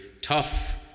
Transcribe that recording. tough